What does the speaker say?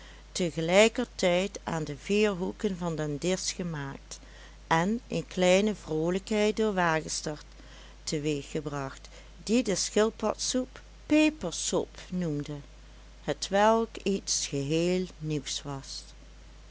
aan de vier hoeken van den disch gemaakt en eene kleine vroolijkheid door wagestert te weeg gebracht die de schildpadsoep pepersop noemde hetwelk iets geheel nieuws was